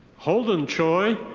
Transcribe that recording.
holden choi.